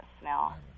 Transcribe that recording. smell